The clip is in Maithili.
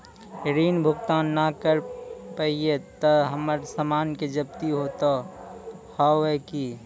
ऋण भुगतान ना करऽ पहिए तह हमर समान के जब्ती होता हाव हई का?